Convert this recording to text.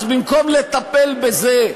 אז במקום לטפל בזה,